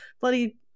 bloody